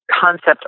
concept